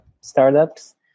startups